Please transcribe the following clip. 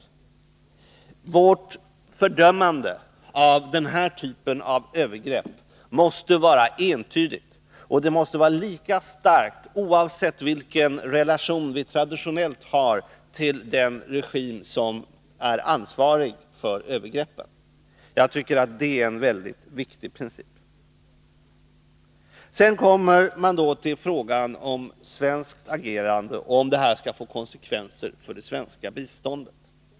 Vårt fördömande av den här typen av övergrepp måste vara entydigt, och det måste vara lika starkt oavsett vilken relation vi traditionellt har till den regim som är ansvarig för övergreppen. Det är en mycket viktig princip. Sedan gäller det frågan om svenskt agerande, om dessa händelser skall få konsekvenser för det svenska biståndet.